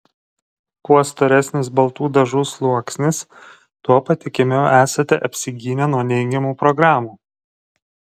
kuo storesnis baltų dažų sluoksnis tuo patikimiau esate apsigynę nuo neigiamų programų